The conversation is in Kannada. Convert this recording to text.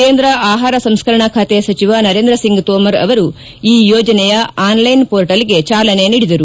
ಕೇಂದ್ರ ಆಹಾರ ಸಂಸ್ಕರಣಾ ಖಾತೆ ಸಚಿವ ನರೇಂದ್ರ ಸಿಂಗ್ ತೋಮರ್ ಅವರು ಈ ಯೋಜನೆಯ ಆನ್ಲ್ಟೆನ್ ಮೋರ್ಟಲ್ಗೆ ಚಾಲನೆ ನೀಡಿದರು